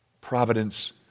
providence